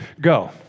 go